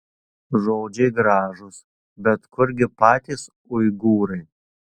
žodžiai gražūs bet kurgi patys uigūrai